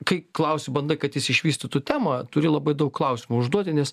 kai klausiu bandai kad jis išvystytų temą turi labai daug klausimų užduoti nes